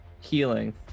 healing